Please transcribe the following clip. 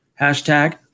hashtag